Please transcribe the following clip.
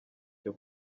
cyo